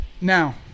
Now